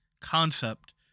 concept